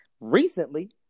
recently